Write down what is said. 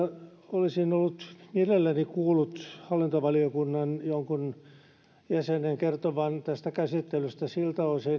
olisin mielelläni kuullut hallintovaliokunnan jonkun jäsenen kertovan tästä käsittelystä siltä osin